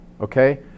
Okay